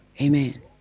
Amen